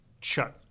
chuck